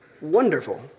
wonderful